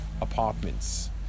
apartments